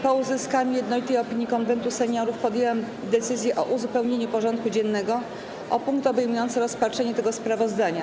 Po uzyskaniu jednolitej opinii Konwentu Seniorów podjęłam decyzję o uzupełnieniu porządku dziennego o punkt obejmujący rozpatrzenie tego sprawozdania.